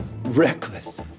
reckless